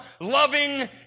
loving